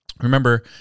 Remember